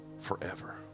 forever